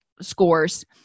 scores